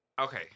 okay